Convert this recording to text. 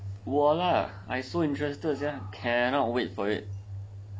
我 lah I so interested cannot wait for it